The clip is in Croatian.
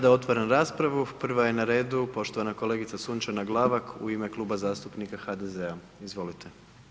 Sada otvaram raspravu, prva je na redu, poštovana kolegica Sunčana Glavak u ime Kluba zastupnika HDZ-a, izvolite.